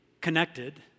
connected